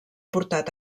portat